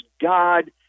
God